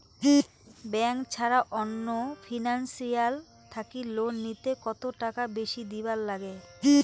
Bank ছাড়া অন্য financial থাকি লোন নিলে কতটাকা বেশি দিবার নাগে?